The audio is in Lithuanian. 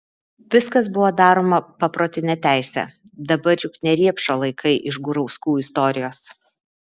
viskas buvo daroma paprotine teise dabar juk ne riepšo laikai iš gurauskų istorijos